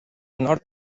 nord